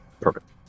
Perfect